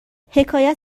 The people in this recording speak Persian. حکایت